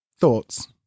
thoughts